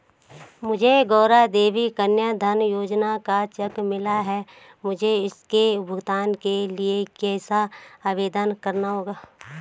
मुझे गौरा देवी कन्या धन योजना का चेक मिला है मुझे इसके भुगतान के लिए कैसे आवेदन करना होगा?